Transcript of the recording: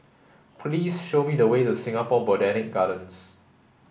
please show me the way to Singapore Botanic Gardens